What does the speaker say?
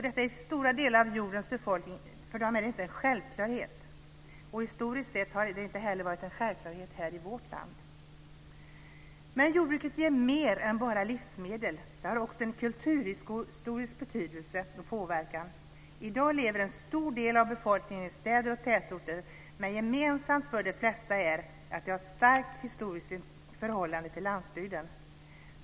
Detta är för stora delar av jordens befolkningen inte en självklarhet. Historiskt sett har det inte heller varit en självklarhet här i vårt land. Men jordbruket ger mer än bara livsmedel. Det har också en kulturhistorisk betydelse och påverkan. I dag lever en stor del av befolkningen i städer och tätorter, men gemensamt för de flesta är att de har ett starkt historiskt förhållande till landsbygden.